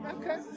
Okay